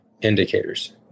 indicators